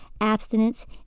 abstinence